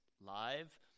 live